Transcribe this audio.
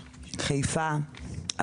חיפה,